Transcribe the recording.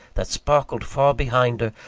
that sparkled far behind her,